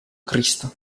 cristo